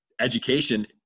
education